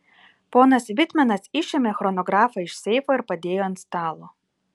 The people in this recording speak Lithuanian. ponas vitmenas išėmė chronografą iš seifo ir padėjo ant stalo